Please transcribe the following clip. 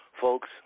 Folks